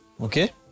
okay